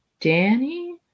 Danny